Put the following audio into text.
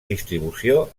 distribució